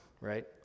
right